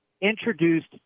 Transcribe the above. introduced